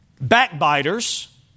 backbiters